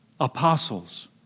apostles